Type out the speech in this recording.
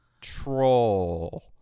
troll